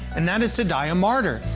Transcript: and that is to die a martyr.